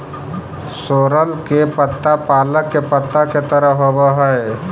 सोरल के पत्ता पालक के पत्ता के तरह होवऽ हई